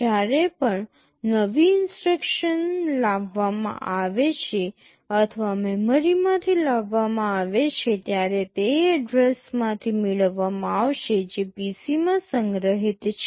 જ્યારે પણ નવી ઇન્સટ્રક્શન લાવવામાં આવે છે અથવા મેમરીમાંથી લાવવામાં આવે છે ત્યારે તે એડ્રેસમાંથી મેળવવામાં આવશે જે PC માં સંગ્રહિત છે